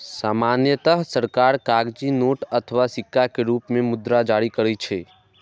सामान्यतः सरकार कागजी नोट अथवा सिक्का के रूप मे मुद्रा जारी करै छै